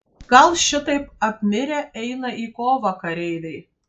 gal šitaip apmirę eina į kovą kareiviai